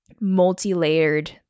multi-layered